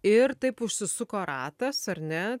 ir taip užsisuko ratas ar ne